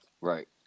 Right